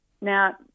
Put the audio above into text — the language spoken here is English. Now